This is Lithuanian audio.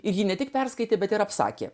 ir jį ne tik perskaitė bet ir apsakė